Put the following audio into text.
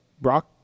Brock